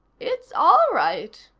it's all right,